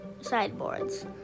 sideboards